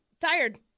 Tired